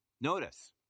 notice